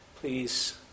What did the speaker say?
Please